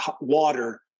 water